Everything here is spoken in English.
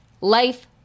Life